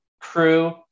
crew